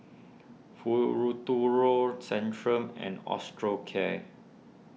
Centrum and Osteocare